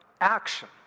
action